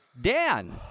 Dan